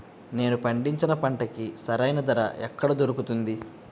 నేను పండించిన పంటకి సరైన ధర ఎక్కడ దొరుకుతుంది?